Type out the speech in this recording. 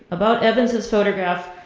about evans's photograph,